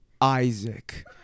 isaac